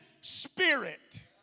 spirit